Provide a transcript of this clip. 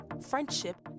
friendship